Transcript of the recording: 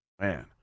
man